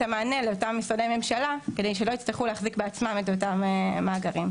המענה לאותם משרדי ממשלה כדי שלא יצטרכו להחזיק בעצמם את אותם מאגרים.